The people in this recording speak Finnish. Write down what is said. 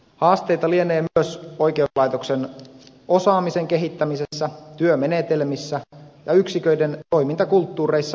haasteita lienee myös oikeuslaitoksen osaamisen kehittämisessä työmenetelmissä ja yksiköiden toimintakulttuureissa muutenkin